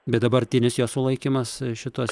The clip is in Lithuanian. bet dabartinis jo sulaikymas šitos